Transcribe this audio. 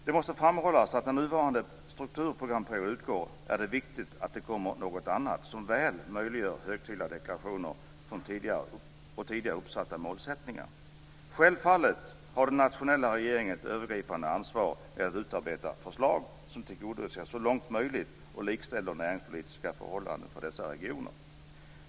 Det måste framhållas att när nuvarande strukturprogramperiod utgår är det viktigt att det kommer något annat som väl möjliggör högtidliga deklarationer från tidigare uppsatta målsättningar. Självfallet har den nationella regeringen ett övergripande ansvar med att utarbeta förslag, som tillgodoser och så långt möjligt likställer näringspolitiska förhållanden för dessa regioner.